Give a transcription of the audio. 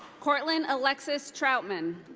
courtlyn alexis trautman.